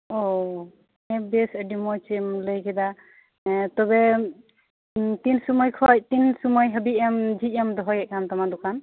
ᱳᱚ ᱦᱮᱸ ᱵᱮᱥ ᱟᱹᱰᱤ ᱢᱚᱸᱡᱽ ᱮᱢ ᱞᱟᱹᱭ ᱠᱮᱫᱟ ᱛᱚᱵᱮ ᱛᱤᱱ ᱥᱚᱢᱚᱭ ᱠᱷᱚᱡ ᱛᱤᱱ ᱥᱚᱢᱚᱭ ᱦᱟᱹᱵᱤᱡ ᱮᱢ ᱡᱷᱡ ᱮᱢ ᱫᱚᱦᱚᱭᱮᱫ ᱠᱟᱱ ᱛᱟᱢᱟ ᱫᱚᱠᱟᱱ